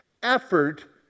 effort